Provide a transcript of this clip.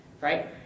right